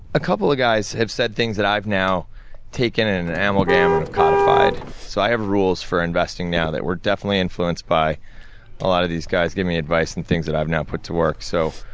a couple of guys have said things that i've now taken in an amalgam, and have codified. so, i have rules for investing now that were definitely influenced by a lot of these guys giving advice and things, that i've now put to work. so,